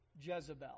Jezebel